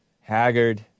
Haggard